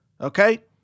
Okay